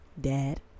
dad